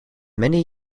many